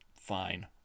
Fine